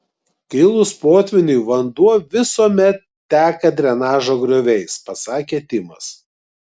kilus potvyniui vanduo visuomet teka drenažo grioviais pasakė timas